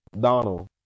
Donald